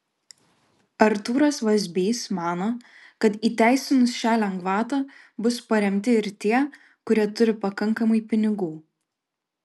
artūras vazbys mano kad įteisinus šią lengvatą bus paremti ir tie kurie turi pakankamai pinigų